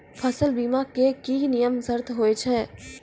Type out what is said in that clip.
फसल बीमा के की नियम सर्त होय छै?